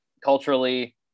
culturally